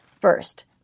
First